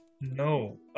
No